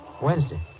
Wednesday